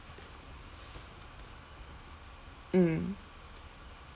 mm